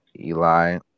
Eli